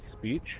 speech